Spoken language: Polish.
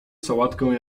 sałatkę